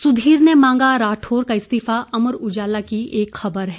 सुधीर ने मांगा राठौर का इस्तीफा अमर उजाला की एक खबर है